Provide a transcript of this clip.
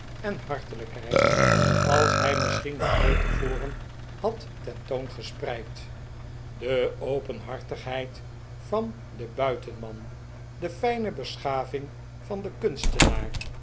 en hartelijkheid als hij misschien nog nooit tevoren had ten toon gespreid de openhartigheid van den buitenman de fijne beschaving van den kunstenaar